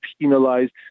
penalized